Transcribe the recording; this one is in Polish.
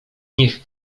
niech